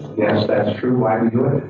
that's true. why we do it?